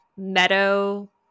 meadow